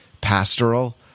pastoral